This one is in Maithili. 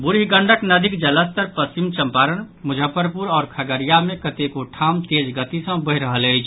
ब्रुढ़ी गंडक नदीक जलस्तर पश्चिम चम्पारण मुजफ्फरपुर आओर खगड़िया मे कतेको ठाम तेज गति सँ बढ़ि रहल अछि